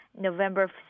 November